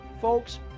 Folks